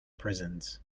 prisons